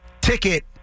ticket